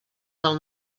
del